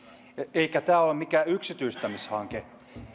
eikä tämä ole mikään yksityistämishanke